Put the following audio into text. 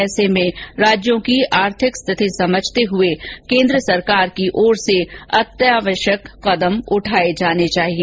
ऐसे में राज्यों की आर्थिक स्थिति समझते हुए केन्द्र सरकार की ओर से अत्यावश्यक कदम उठाने चाहिए